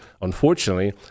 unfortunately